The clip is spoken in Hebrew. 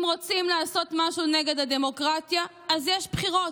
אם רוצים לעשות משהו נגד הדמוקרטיה, יש בחירות,